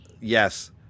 Yes